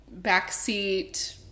backseat